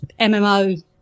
MMO